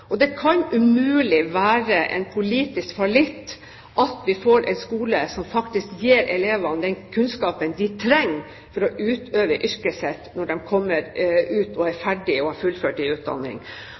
ut. Det kan umulig være en politisk fallitt at vi får en skole som faktisk gir elevene den kunnskapen de trenger for å utøve yrket sitt når de kommer ut, er ferdige og